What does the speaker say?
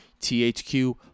THQ